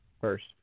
first